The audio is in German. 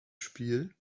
spiel